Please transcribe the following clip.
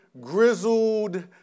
grizzled